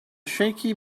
shaky